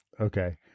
Okay